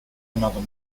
another